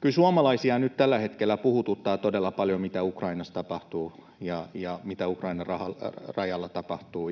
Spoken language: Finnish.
Kyllä suomalaisia nyt tällä hetkellä puhututtaa todella paljon, mitä Ukrainassa tapahtuu ja mitä Ukrainan rajalla tapahtuu.